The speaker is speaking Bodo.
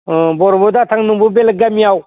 अ जेरावबो दाथां नोंबो बेलेग गामियाव